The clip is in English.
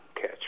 catch